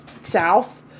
south